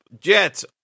Jets